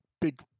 big